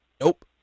Nope